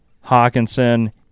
Hawkinson